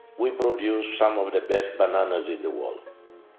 we produce some of the best banana's in the world,